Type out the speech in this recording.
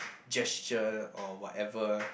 gesture or whatever